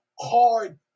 hard